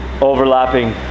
overlapping